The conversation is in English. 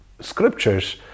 scriptures